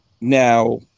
Now